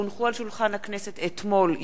כי הונחו על שולחן הכנסת אתמול,